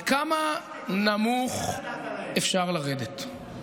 אבל כמה נמוך אפשר לרדת?